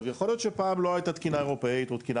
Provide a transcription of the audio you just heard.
יכול להיות שפעם לא הייתה תקינה אירופאית או תקינה